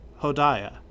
Hodiah